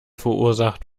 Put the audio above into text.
verursacht